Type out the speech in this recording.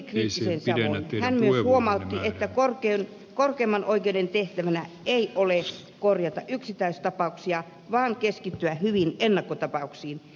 hän myös huomautti että korkeimman oikeuden tehtävänä ei ole korjata yksittäistapauksia vaan keskittyä hyviin ennakkotapauksiin